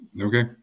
Okay